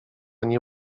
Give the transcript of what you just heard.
nie